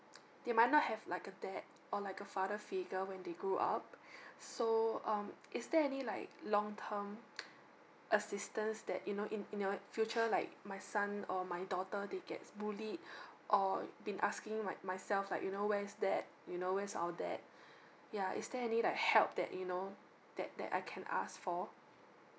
they might not have like a dad or like a father figure when they grow up so um is there any like long term assistance that you know in in your future like my son or my daughter they gets bullied or been asking my myself like you know where's dad you know where's our dad yeah is there any like help that you know that that I can ask for